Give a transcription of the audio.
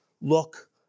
look